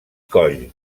coll